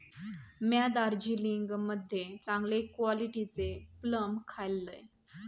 म्या दार्जिलिंग मध्ये चांगले क्वालिटीचे प्लम खाल्लंय